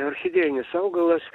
orchidėjinis augalas